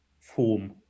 form